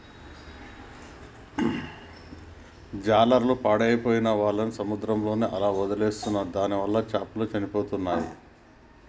జాలర్లు పాడైపోయిన వాళ్ళని సముద్రంలోనే అలా వదిలేస్తున్నారు దానివల్ల చాపలు చచ్చిపోతున్నాయి